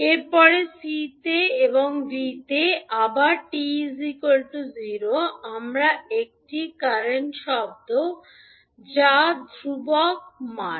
এর পরে C তে V তে আবার t 0 আবার একটি কারেন্ট শব্দ যা একটি ধ্রুবক মান